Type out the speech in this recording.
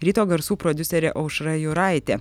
ryto garsų prodiuserė aušra juraitė